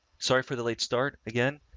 sorry for the late start again.